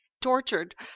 tortured